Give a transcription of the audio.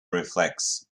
reflex